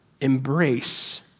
embrace